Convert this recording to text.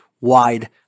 wide